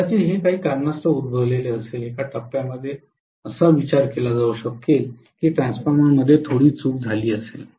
कदाचित हे काही कारणास्तव उद्भवले असेल एका टप्प्यात असा विचार केला जाऊ शकेल की ट्रान्सफॉर्मरमध्ये थोडी चूक झाली असेल